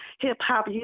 Hip-hop